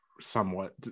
somewhat